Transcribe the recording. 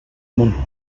món